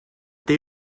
they